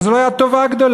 וזו לא הייתה טובה גדולה.